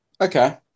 Okay